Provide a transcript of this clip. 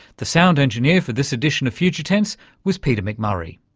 the sound engineer for this edition of future tense was peter mcmurray.